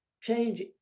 change